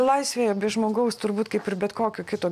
laisvėje be žmogaus turbūt kaip ir bet kokio kito